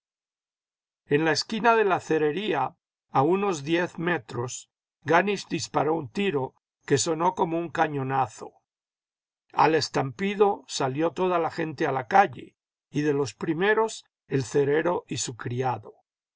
en la esquina de la cerería a unos diez metros ganisch disparó un tiro que sonó como un cañonazo al estampido salió toda la gente a la calle y de los primeros el cerero y su criado